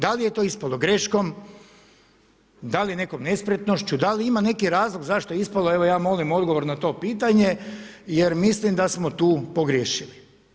Da li je to ispadalo greškom, da li nekom nespretnošću, da li je imalo neki razlog zašto je ispalo, evo ja molim odgovor na to pitanje, jer mislim da smo tu pogriješili.